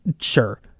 sure